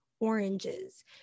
oranges